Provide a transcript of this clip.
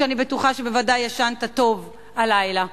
אני בטוחה שישנת טוב הלילה,